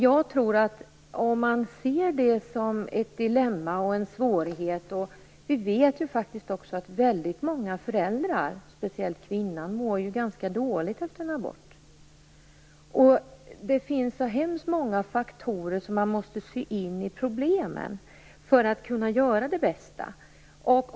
Jag ser det som ett dilemma och en svårighet. Vi vet att väldigt många föräldrar, speciellt kvinnan, mår ganska dåligt efter en abort. Det finns hemskt många faktorer som man måste ta hänsyn till för att kunna göra det bästa av problemen.